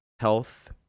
health